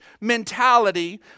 mentality